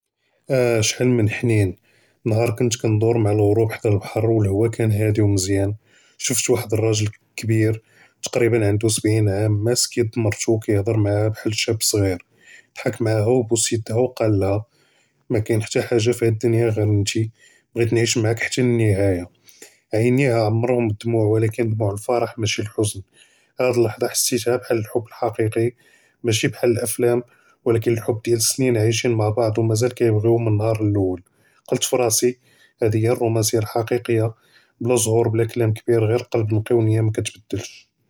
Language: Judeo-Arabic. אָה שְחַל מִן חֲנִין נְהַאר כּוֹנְת כַּנְדוּר מַעַ אֶלְגוּרוֹב חֲדַא אֶלְבַּחַר וְאֶלְהַוָא קָאנָה הַדִי וּמְזְיָּאן שִפְת וַחַד אֶלְרַאג'ל קְבִּיר תְקְרִיבַּאן עַנדוּ סַבְעִין עָאם מַאסְק יַד מַרְתוּ וְכַיַהְדֶר מְעַהָא בְּחַל שַאב ṣְעִיר דַּחַק מְעַהָא וּבוּס יַדְּהָא וְקָאלָה מַקַּיִן חַתִּּי חַאגָ'ה פִי הַד דֻנְיָא גִ'ר אַנְת בְּغִית נְעַיִש מְעַאק ḥַתַּן אֶלְנִּהַايַה עֵינֵיהָ עֻמְרְהּוּם בְּדֻמוּעַ וְלָקִין דֻמוּעַ אֶלְפַרַח מְשִי אֶלְחֻזְן הַד לַחְצָה חַסִיתְהָ בְּחַל אַל-חֻבּ אֶל-חַקִיקִי מְשִי בְּחַל אֶלְאַפְלַאם וְלָקִין אַל-חֻבּ דְיַאל סְנִין עַיִשִין מַעַ בְּעַض וּמְזַאל קַיִבְּגִיוּ מִן אֶל-נְּהַאר אֶל-לוּל קַלְת פִי רַאסִי הַד הִיָא אֶלְרוֹמַנְסִיָה אֶל-חַקִיקִיָה בְּלָא זְהוּר בְּלָא קְלָאם קְבִּיר גִ'ר לֵבּ מַקַּיְדְּבֵּלש.